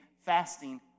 fasting